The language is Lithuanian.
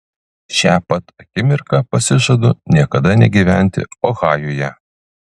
šią pat akimirką pasižadu niekada negyventi ohajuje